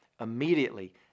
Immediately